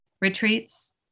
retreats